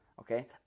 okay